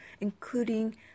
including